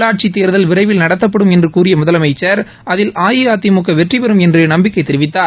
உள்ளாட்சி தேர்தல் விரைவில் நடத்தப்படும் என்று கூறிய முதலமைச்சர் அதில் அஇஅதிமுக வெற்றிபெறும் என்று நம்பிக்கை தெரிவித்தார்